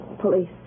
Police